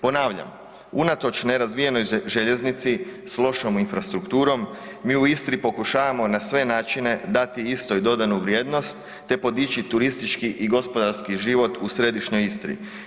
Ponavljam, unatoč nerazvijenoj željeznici, s lošom infrastrukturom, mi u Istri pokušavamo na sve načine dati istoj dodanu vrijednost te podići turistički i gospodarski život u središnjoj Istri.